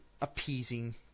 appeasing